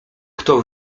kto